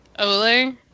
Ole